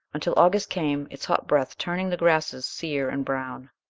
until august came, its hot breath turning the grasses sere and brown.